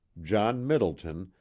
john middleton,